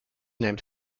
named